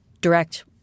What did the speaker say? direct